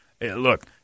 look